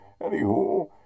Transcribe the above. Anywho